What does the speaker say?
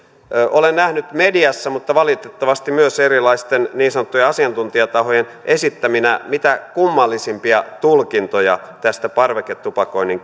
olen nähnyt mediassa mutta valitettavasti myös erilaisten niin sanottujen asiantuntijatahojen esittäminä mitä kummallisimpia tulkintoja tästä parveketupakoinnin